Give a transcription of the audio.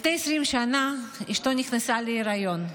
לפני 20 שנה אשתו נכנסה להיריון,